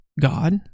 God